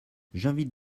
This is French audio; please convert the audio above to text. j’invite